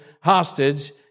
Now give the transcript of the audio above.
hostage